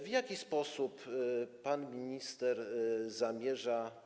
W jaki sposób pan minister zamierza.